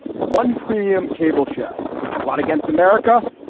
one premium cable show plot against america.